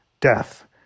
death